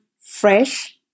fresh